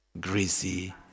greasy